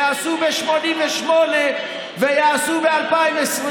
ועשו ב-1988 ויעשו ב-2020,